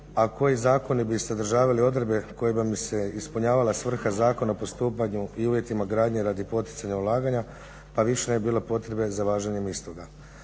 a koji zakoni bi sadržavali odredbe kojima bi se ispunjavala svrha Zakona o postupanju i uvjetima gradnje radi poticanja ulaganja pa više ne bi bilo potrebe za važenjem istoga.